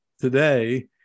today